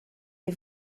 les